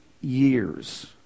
years